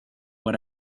what